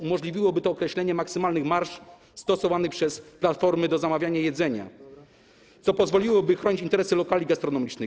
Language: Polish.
Umożliwiłoby to określenie maksymalnych marż stosowanych przez platformy do zamawiania jedzenia, co pozwoliłoby chronić interesy lokali gastronomicznych.